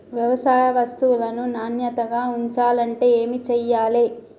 వ్యవసాయ వస్తువులను నాణ్యతగా ఉంచాలంటే ఏమి చెయ్యాలే?